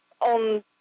on